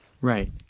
right